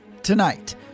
Tonight